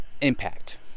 impact